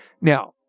Now